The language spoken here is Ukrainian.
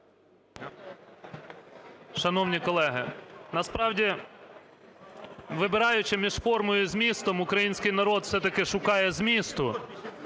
Шановні колеги, насправді, вибираючи між формою і змістом, український народ, все-таки, шукає змісту.